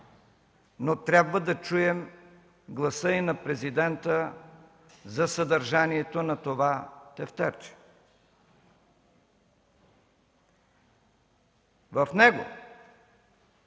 но трябва да чуем гласа и на президента за съдържанието на това тефтерче. В него,